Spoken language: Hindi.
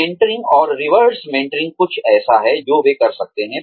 मेंटरिंग और रिवर्स मेंटरिंग कुछ ऐसा है जो वे कर सकते हैं